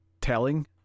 telling